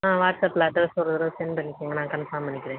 ஆ வாட்ஸப்பில் அட்ரெஸ் ஒரு தடவை செண்ட் பண்ணிவிடுங்க நான் கன்ஃபார்ம் பண்ணிக்கிறேன்